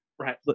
Right